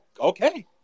Okay